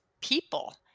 people